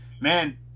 man